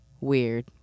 weird